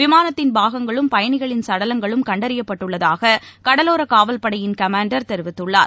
விமானத்தின் பாகங்களும் பயணிகளின் சடலங்களும் கண்டறியப்பட்டுள்ளதாககடலோரகாவல்படையின் கமாண்டர் தெரிவித்துள்ளார்